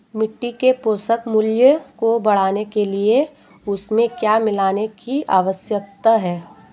मिट्टी के पोषक मूल्य को बढ़ाने के लिए उसमें क्या मिलाने की आवश्यकता है?